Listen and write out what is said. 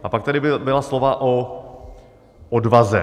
A pak tady byla slova o odvaze.